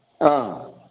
ꯑ